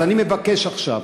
אז אני מבקש עכשיו